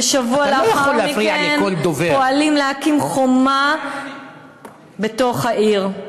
ושבוע לאחר מכן פועלים להקים חומה בתור העיר,